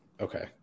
Okay